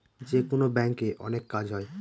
যেকোনো ব্যাঙ্কে অনেক কাজ হয়